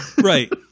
Right